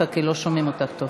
כי לא שומעים אותך טוב.